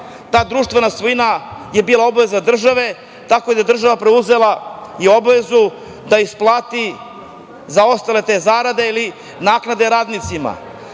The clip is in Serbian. ta društvena svojina je bila obaveza države, tako da je država preuzela obavezu da isplati zaostale zarade ili naknade radnicima.